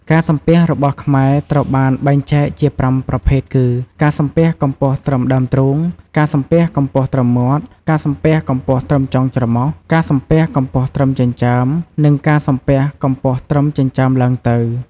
ការសំពះរបស់ខ្មែរត្រូវបានបែងចែកជាប្រាំប្រភេទគឺ ការសំពះកម្ពស់ត្រឹមដើមទ្រូង ការសំពះកម្ពស់ត្រឹមមាត់ ការសំពះកម្ពស់ត្រឹមចុងច្រមុះ ការសំពះកម្ពស់ត្រឹមចិញ្ចើម និងការសំពះកម្ពស់ត្រឹមចិញ្ចើមឡើងទៅ។